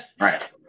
right